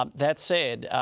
um that said,